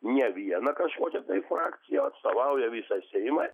ne vieną kažkokią tai frakciją o atstovauja visą seimą